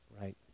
right